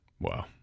Wow